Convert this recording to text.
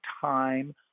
time